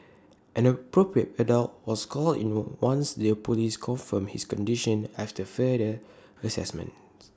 an appropriate adult was called in once the Police confirmed his condition after further Assessment